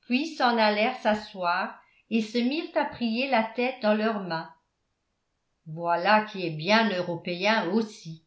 puis s'en allèrent s'asseoir et se mirent à prier la tête dans leurs mains voilà qui est bien européen aussi